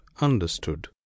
understood